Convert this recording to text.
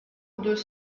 deux